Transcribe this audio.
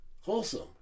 Wholesome